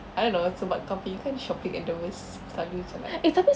I don't know sebab kau punya kan shopping endeavours selalu macam like